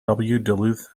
duluth